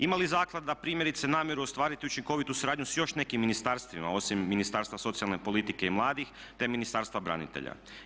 Ima li zaklada primjerice namjeru ostvariti učinkovitu suradnju sa još nekim ministarstvima osim Ministarstva socijalne politike i mladih, te Ministarstva branitelja?